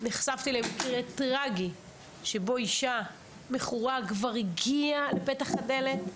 נחשפתי למקרה טרגי שבו אישה מכורה כבר הגיעה לפתח הדלת,